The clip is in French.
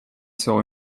sort